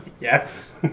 Yes